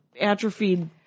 atrophied